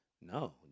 No